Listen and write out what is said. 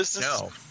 No